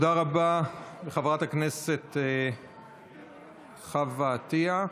תודה רבה לחברת הכנסת חוה עטייה.